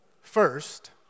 First